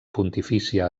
pontifícia